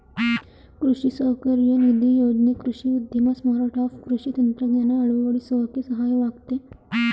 ಕೃಷಿ ಸೌಕರ್ಯ ನಿಧಿ ಯೋಜ್ನೆ ಕೃಷಿ ಉದ್ಯಮ ಸ್ಟಾರ್ಟ್ಆಪ್ ಕೃಷಿ ತಂತ್ರಜ್ಞಾನ ಅಳವಡ್ಸೋಕೆ ಸಹಾಯವಾಗಯ್ತೆ